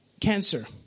cancer